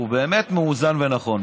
הוא באמת מאוזן ונכון,